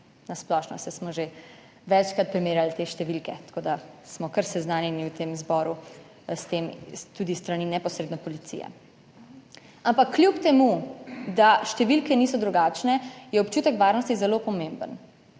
na splošno. Saj smo že večkrat primerjali te številke, tako da smo kar seznanjeni v tem zboru. S tem tudi s strani neposredno policije. Ampak kljub temu, da številke niso drugačne, je občutek varnosti zelo pomemben,